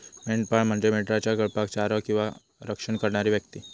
मेंढपाळ म्हणजे मेंढरांच्या कळपाक चारो किंवा रक्षण करणारी व्यक्ती